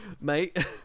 Mate